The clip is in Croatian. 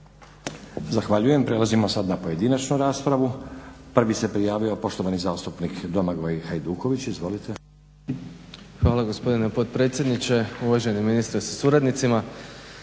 Zahvaljujem. Prelazimo sad na pojedinačnu raspravu. Prvi se prijavio poštovani zastupnik Domagoj Hajduković. Izvolite. **Hajduković, Domagoj (SDP)** Hvala gospodine potpredsjedniče, uvaženi ministre sa suradnicima.